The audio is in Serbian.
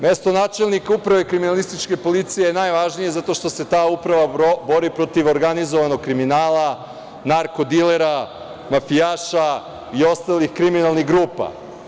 Mesto načelnika Uprave kriminalističke policije je najvažnije zato što se ta uprava bori protiv organizovanog kriminala, narko dilera, mafijaša i ostalih kriminalnih grupa.